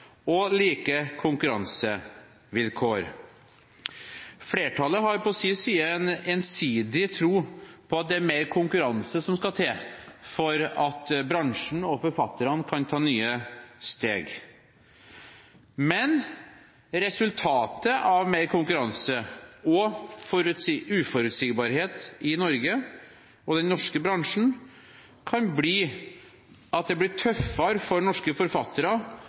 og like konkurransevilkår. Flertallet har på sin side en ensidig tro på at det er mer konkurranse som skal til for at bransjen og forfatterne kan ta nye steg. Men resultatet av mer konkurranse og uforutsigbarhet i Norge og den norske bransjen kan bli at det blir tøffere for norske forfattere